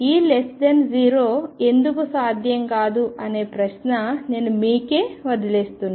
E0 ఎందుకు సాధ్యం కాదు అనే ప్రశ్న నేను మీకే వదిలేస్తున్నాను